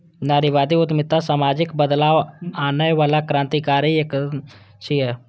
नारीवादी उद्यमिता सामाजिक बदलाव आनै बला क्रांतिकारी कदम छियै